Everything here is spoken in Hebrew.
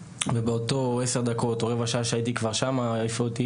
ובאותה רבע שעה שהייתי כבר שם העיפו אותי,